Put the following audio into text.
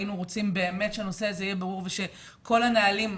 היינו רוצים שהנושא הזה יהיה ברור וגם כל הנהלים.